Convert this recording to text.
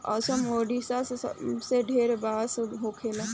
असम, ओडिसा मे सबसे ढेर बांस होखेला